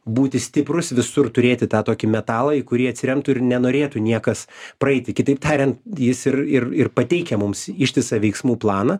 būti stiprūs visur turėti tą tokį metalą į kurį atsiremtų ir nenorėtų niekas praeiti kitaip tariant jis ir ir ir pateikia mums ištisą veiksmų planą